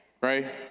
right